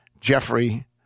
Jeffrey